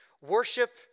worship